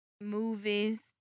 movies